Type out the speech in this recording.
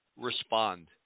respond